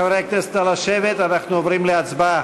חברי הכנסת, נא לשבת, אנחנו עוברים להצבעה.